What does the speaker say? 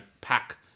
pack